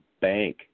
bank